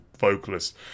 vocalist